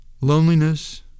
loneliness